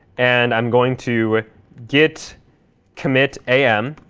and i'm going to git commit am.